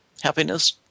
happiness